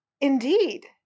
Indeed